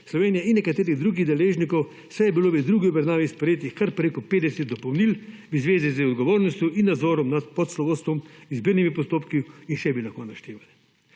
Slovenije in nekaterih drugih deležnikov, saj je bilo v drugi obravnavi sprejetih kar preko 50 dopolnil v zvezi z odgovornostjo in nadzorom nad poslovodstvom, izbirnimi postopki in še bi lahko naštevali.